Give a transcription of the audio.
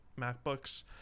macbooks